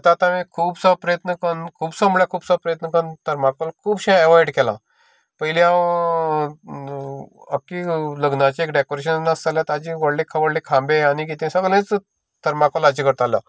आतां तर खुबसो प्रयत्न चालू खुबसो म्हळ्यार खुबसो प्रयत्न तो थर्माकोल खुबशें एवोयड केलां पयलीं हांव अख्खी लग्नाचें डेकोरेशन आसा जाल्यार ताजें व्होडले व्होडले खांबें सगळेंच थरमाकोलाचें तयार करतालो